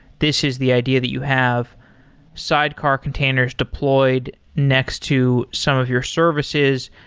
this is the idea that you have sidecar containers deployed next to some of your services,